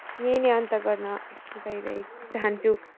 यहीँ नै अन्त्य गर्न गइरहे चाहन्छु